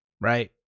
right